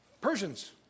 Persians